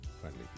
friendly